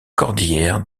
cordillère